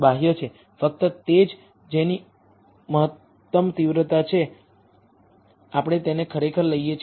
ફક્ત તે જ જેની મહત્તમ તીવ્રતા છે આપણે તેને ખરેખર લઈએ છીએ